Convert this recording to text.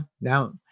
now